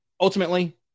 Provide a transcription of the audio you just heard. ultimately